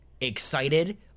excited